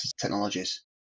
technologies